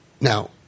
Now